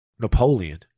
Napoleon